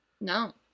No